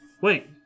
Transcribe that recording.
wait